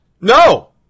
No